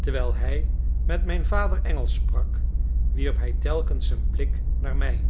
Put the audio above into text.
terwijl hij met mijn vader engelsch sprak wierp hij telkens een blik naar mij